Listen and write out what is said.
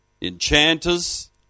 enchanters